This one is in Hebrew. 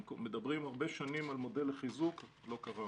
הם מדברים הרבה שנים על מודל לחיזוק, עוד לא קרה.